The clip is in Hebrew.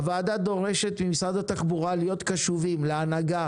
הוועדה דורשת ממשרד התחבורה להיות קשובים להנהגה